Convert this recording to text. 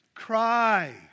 cry